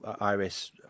Iris